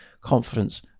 confidence